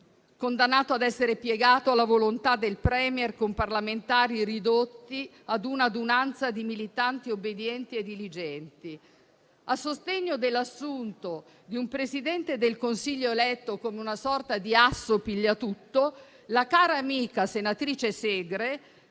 condannato ad essere piegato alla volontà del *Premier*, con parlamentari ridotti ad un'adunanza di militanti obbedienti e diligenti. A sostegno dell'assunto di un Presidente del Consiglio eletto come una sorta di asso pigliatutto, la cara amica senatrice Segre